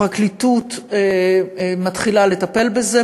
הפרקליטות מתחילה לטפל בזה.